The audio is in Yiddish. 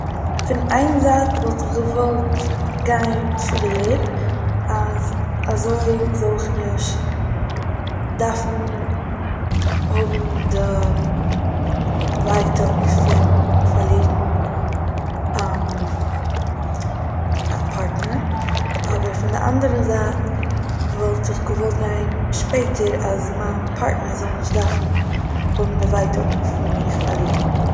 פון איין זייט וואלט איך געוואלט גיין פריער, אז אזוי זאל איך נישט דארפן האבן די ווייטאג פון פארלירן א פארטנער, אבער פון די אנדערע זייט וואלט איך געוואלט גיין שפעטער אז מיין פארטנער זאל נישט דארפן האבן די ווייטאג פון מיך פארלירן